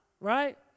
right